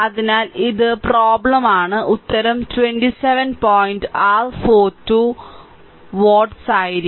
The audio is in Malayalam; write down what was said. അതിനാൽ ഇത് പ്രോബ്ലെമാണ് ഉത്തരം 27 പോയിന്റ് r 4 2 വാട്ട്സ് ആയിരിക്കും